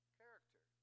character